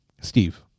Steve